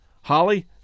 Holly